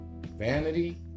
vanity